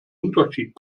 unterschied